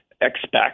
expect